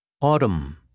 Autumn